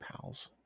pals